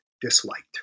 disliked